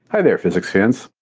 hi there, physics fans.